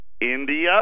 India